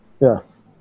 Yes